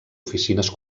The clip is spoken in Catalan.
oficines